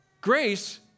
Grace